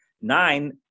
Nine